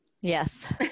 yes